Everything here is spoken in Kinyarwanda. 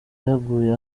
yaguye